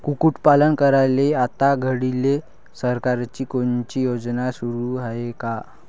कुक्कुटपालन करायले आता घडीले सरकारची कोनची योजना सुरू हाये का?